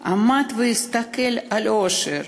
עמד והסתכל על האושר.